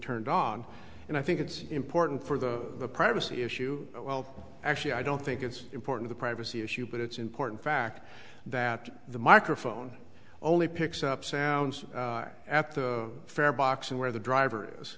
turned on and i think it's important for the privacy issue well actually i don't think it's important the privacy issue but it's important fact that the marker phone only picks up sounds at the farebox and where the driver is